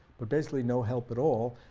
but basically no help at all,